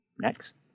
Next